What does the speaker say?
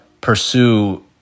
pursue